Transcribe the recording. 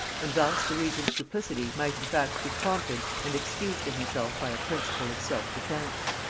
and thus the regent's duplicity might in fact be prompted and excused to himself by a principle of self-defence.